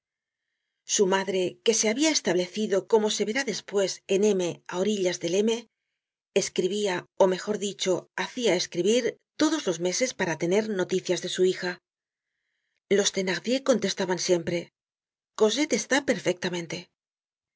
su madre que se habia establecido como se verá despues en m á orillas del m escribia ó mejor dicho hacia escribir todos los meses para tener noticias de su hija los thenardier contestaban siempre cosette está perfectamente